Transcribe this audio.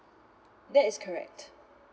that is correct